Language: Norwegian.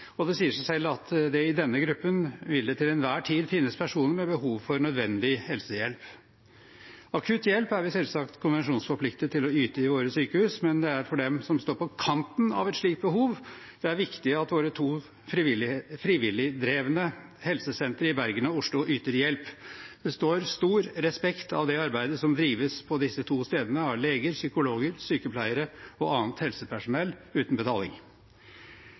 Det sier seg selv at det i denne gruppen til enhver tid vil finnes personer med behov for nødvendig helsehjelp. Akutt hjelp er vi selvsagt konvensjonsforpliktet til å yte i våre sykehus, men det er for dem som står på kanten av et slikt behov, det er viktig at våre to frivilligdrevne helsesentre i Bergen og Oslo yter hjelp. Det står stor respekt av det arbeidet som drives på disse to stedene av leger, psykologer, sykepleiere og annet helsepersonell uten betaling.